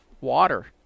water